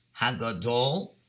HaGadol